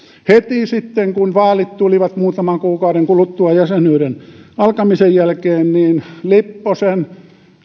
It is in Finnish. heti sitten kun vaalit tulivat muutaman kuukauden kuluttua jäsenyyden alkamisen jälkeen niin lipposen